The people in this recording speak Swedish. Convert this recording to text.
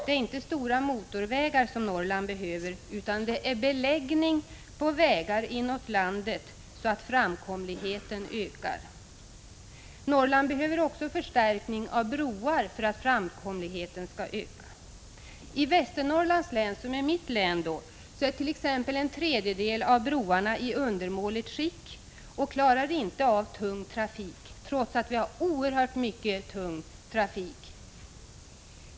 Det är inte stora motorvägar som Norrland behöver, utan det är beläggning på vägar inåt landet så att framkomligheten ökar. Norrland behöver därför också förstärkning av broar. I Västernorrlands län, som är mitt län, ärt.ex. en tredjedel av broarna i undermåligt skick och klarar inte av tung trafik — vilken är oerhört omfattande i länet.